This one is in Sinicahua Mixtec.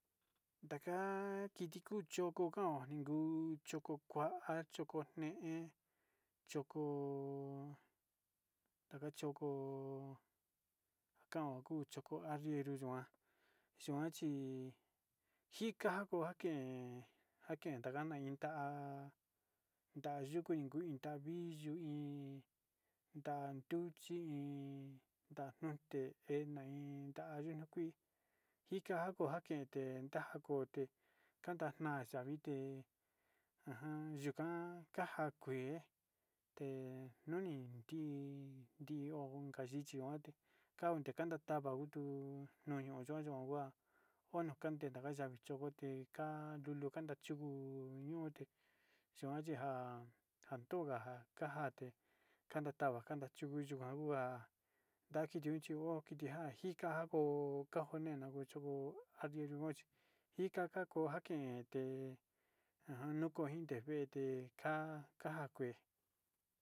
Ndakan kit kuu choko kao ninguu choko kua choko ne'e choko ndaka choko kaon kuu choko arriero yikuan kuan chí, njika kuan ken njaken kananga iin ta'a nda'a yuku iin ta'a viyuu iin tanduchi iin, ndate enna iin ayuni njika kuan kende kua'a akonde tandada na'a xavite ajan yuukan ka'a ka njakue te'e nonen tii ndii onka ndichi yuate kande kadatava yutu noño yoyohua onoku nana ndaviyote ka'a lulu kanda chiuu ñote xuana tenja'a, andongaka kanja te kanda tava'a kanda chiuu uyuka ogua ndakiti chio kitinjan xhika ako kanjonene chio ho nino nguan chí ikaka nguan ken te'e ajan nuu kuu nionte te ka'a nja akue.